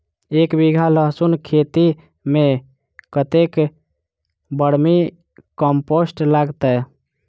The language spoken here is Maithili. एक बीघा लहसून खेती मे कतेक बर्मी कम्पोस्ट लागतै?